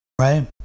Right